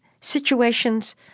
situations